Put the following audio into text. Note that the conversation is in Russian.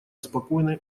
спокойной